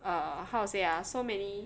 uh how to say ah so many